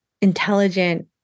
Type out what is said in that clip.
intelligent